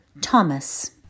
Thomas